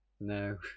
No